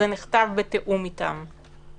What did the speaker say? היא נכתבה בשיתוף משרד הרווחה.